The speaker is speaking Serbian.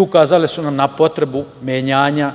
Ukazali su nam na potrebu menjanja,